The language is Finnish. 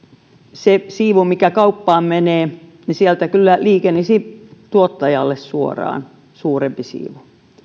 siitä siivusta mikä kauppaan menee liikenisi tuottajalle suoraan suurempi siivu